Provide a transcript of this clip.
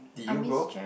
did you go